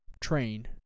train